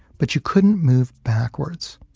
but you couldn't move backwards.